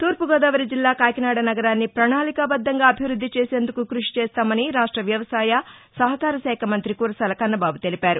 తూర్పుగోదావరి జిల్లా కాకినాడ నగరాన్ని ప్రణాళికాబద్దంగా అభివృద్ది చేసేందుకు కృషి చేస్తామని రాష్ట వ్యవసాయ సహకార శాఖ మంతి కురసాల కన్నబాబు తెలిపారు